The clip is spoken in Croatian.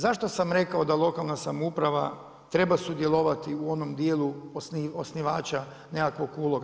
Zašto sam rekao da lokalna samouprava treba sudjelovati u onom djelu osnivača nekakvog uloga?